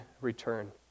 return